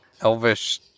elvish